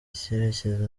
icyerekezo